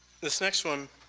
this next one